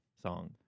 song